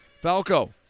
Falco